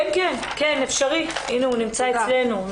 כן, אפשרי, הנה הוא נמצא אצלנו.